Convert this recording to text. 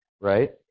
right